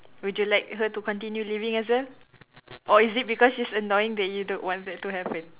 would you like her to continue living as well or is it because she's annoying that you don't want that to happen